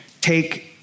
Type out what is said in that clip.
take